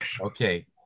Okay